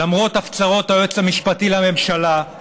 למרות הפצרות היועץ המשפטי לממשלה,